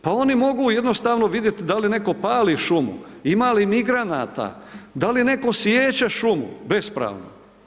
Pa oni mogu jednostavno vidjet da li netko pali šumu, ima li migranata, da li netko siječe šumu bespravno.